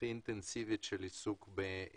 הכי אינטנסיבית של המועצה בעיסוק באנרגיה.